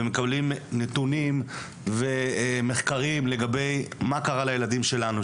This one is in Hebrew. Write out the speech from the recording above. ומקבלים נתונים ומחקרים לגבי מה קרה לילדים שלנו,